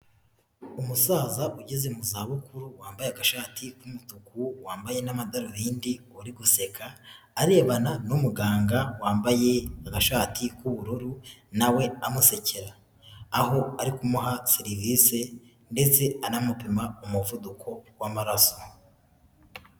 Umusaza ugeze mu za bukuru, wambaye agashati k'umutuku, wambaye n'amadarubindi uri guseka, arebana n'umuganga wambaye agashati k'ubururu nawe amusekera, aho ari kumuha serivise ndetse anamupima umuvuduko w'amaraso.